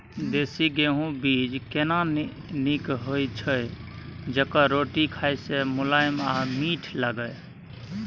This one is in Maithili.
देसी गेहूँ बीज केना नीक होय छै जेकर रोटी खाय मे मुलायम आ मीठ लागय?